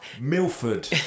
Milford